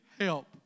help